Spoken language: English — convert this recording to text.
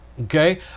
Okay